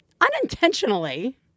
unintentionally